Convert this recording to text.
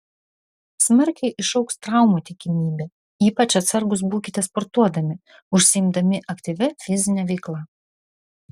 smarkiai išaugs traumų tikimybė ypač atsargūs būkite sportuodami užsiimdami aktyvia fizine veikla